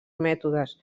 mètodes